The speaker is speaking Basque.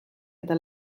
eta